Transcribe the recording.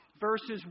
verses